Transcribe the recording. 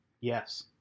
Yes